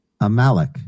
Amalek